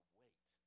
wait